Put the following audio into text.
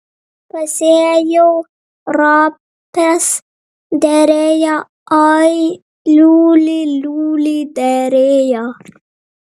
pasėjau ropes derėjo oi liuli liuli derėjo